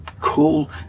cool